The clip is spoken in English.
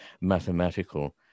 mathematical